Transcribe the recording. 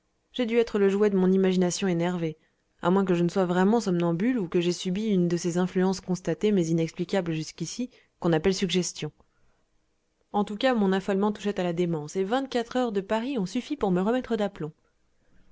j'ai dû être le jouet de mon imagination énervée à moins que je ne sois vraiment somnambule ou que j'aie subi une de ces influences constatées mais inexplicables jusqu'ici qu'on appelle suggestions en tout cas mon affolement touchait à la démence et vingt-quatre heures de paris ont suffi pour me remettre d'aplomb